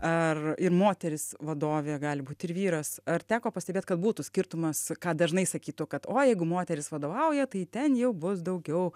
ar ir moteris vadovė gali būti ir vyras ar teko pastebėt kad būtų skirtumas ką dažnai sakytų kad o jeigu moteris vadovauja tai ten jau bus daugiau